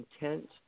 intent